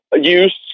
use